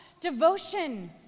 devotion